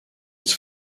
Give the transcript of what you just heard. its